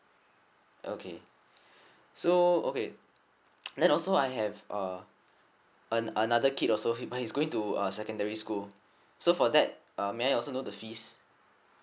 okay so okay then also I have uh an~ another kid also but he's going to a secondary school so for that uh may I also know the fees